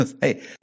Hey